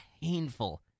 painful